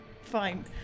fine